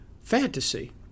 fantasy